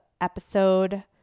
episode